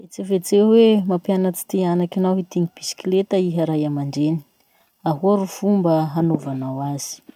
Vetsivetseo hoe mampianatsy ty anakinao hitingy bisikileta iha ray aman-dreny. Ahoa ro fomba hanaovanao azy?